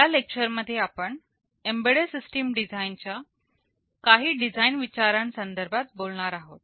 या लेक्चर मध्ये आपण एम्बेड्डेड सिस्टीम डिझाईन च्या काही डिझाईन विचारांना संदर्भात बोलणार आहोत